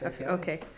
okay